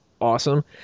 awesome